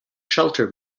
shelter